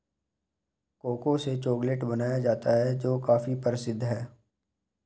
cocoa से chocolate बनाया जाता है जो काफी प्रसिद्ध है